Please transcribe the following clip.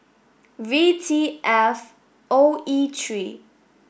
V T F O E three